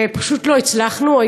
ופשוט לא הצלחנו.